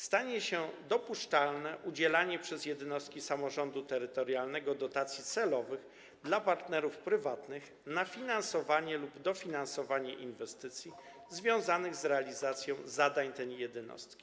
Stanie się dopuszczalne udzielanie przez jednostki samorządu terytorialnego dotacji celowych partnerom prywatnym na finansowanie lub dofinansowanie inwestycji związanych z realizacją zadań tych jednostek.